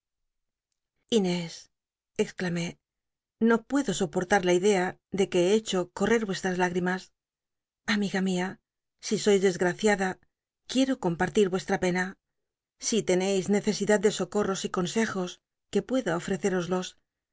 no puedo soportar la idea de que he hecho correr ucstra hígl'imas allliga mia si sois desgraciada iuícj'o compartir nrcstra pena si tencis necesidad de socorros y com ejos que pueda